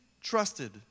trusted